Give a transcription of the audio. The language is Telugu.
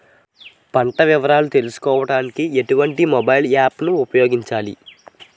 పంట వివరాలు తెలుసుకోడానికి ఎటువంటి మొబైల్ యాప్ ను ఉపయోగించాలి?